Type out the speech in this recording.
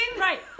right